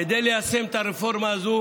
כדי ליישם את הרפורמה הזאת